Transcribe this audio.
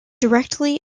directly